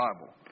Bible